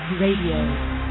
Radio